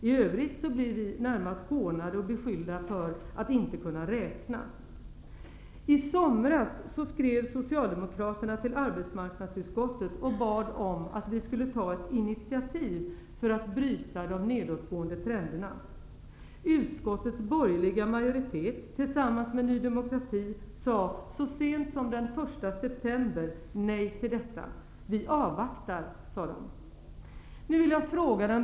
I övrigt blev vi närmast hånade och beskyllda för att inte kunna räkna. I somras skrev Socialdemokraterna till arbetsmarknadsutskottet och bad att utskottet skulle ta initiativ för att bryta de nedåtgående trenderna. Utskottets borgerliga majoritet tillsammans med Ny demokrati sade så sent som den 1 september nej till detta. Vi avvaktar, sade de.